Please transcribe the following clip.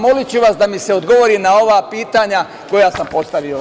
Moliću vas da mi se odgovori na ova pitanja koja sam postavio.